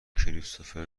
کریستوفر